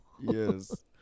yes